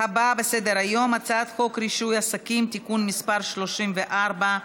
הבא בסדר-היום: הצעת חוק רישוי עסקים (תיקון מס' 34),